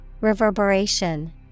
Reverberation